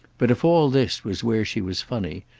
but if all this was where she was funny,